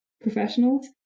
professionals